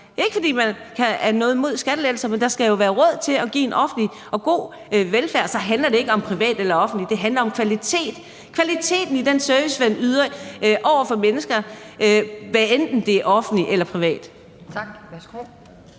ikke, fordi man kan have noget imod skattelettelser, men der skal jo være råd til at give en god offentlig velfærd, og så handler det ikke om privat eller offentligt. Det handler om kvalitet – kvaliteten i den service, man yder over for mennesker, hvad enten det er offentligt eller privat.